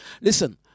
Listen